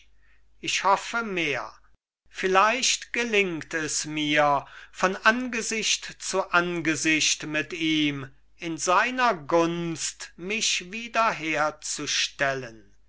ich hoffe mehr vielleicht gelingt es mir von angesicht zu angesicht mit ihm in seiner gunst mich wiederherzustellen